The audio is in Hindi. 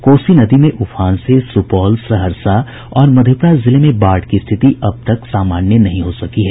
कोसी नदी में उफान से सुपौल सहरसा और मधेपुरा जिले में बाढ़ की स्थिति अब तक सामान्य नहीं हो सकी है